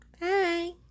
Bye